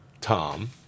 Tom